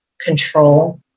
control